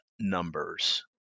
numbers